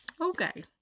Okay